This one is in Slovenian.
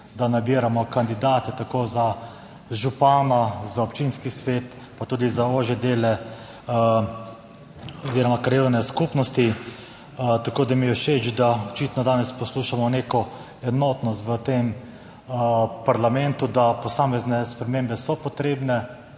da nabiramo kandidate tako za župana, za občinski svet, pa tudi za ožje dele oziroma krajevne skupnosti. Tako da mi je všeč, da očitno danes poslušamo neko enotnost v tem parlamentu, da so posamezne spremembe potrebne.